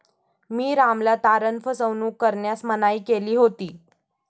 मी रामला तारण फसवणूक करण्यास मनाई केली होती